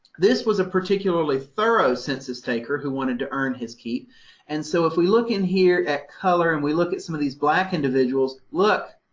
this was a particularly thorough census taker who wanted to earn his keep and so if we look in here at color and we look at some of these black individuals, look.